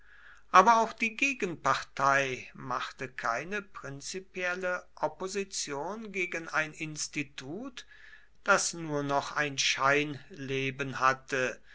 aber auch die gegenpartei machte keine prinzipielle opposition gegen ein institut das nur noch ein scheinleben hatte